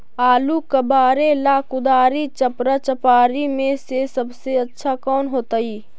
आलुआ कबारेला कुदारी, चपरा, चपारी में से सबसे अच्छा कौन होतई?